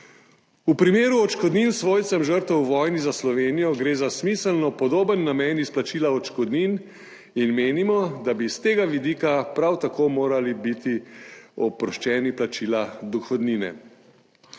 V primeru odškodnin svojcem žrtev v vojni za Slovenijo gre za smiselno podoben namen izplačila odškodnin in menimo, da bi s tega vidika prav tako morali biti oproščeni plačila dohodnine.